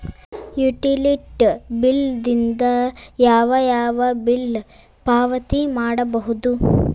Utility bill ದಿಂದ ಯಾವ ಯಾವ ಬಿಲ್ ಪಾವತಿ ಮಾಡಬಹುದು?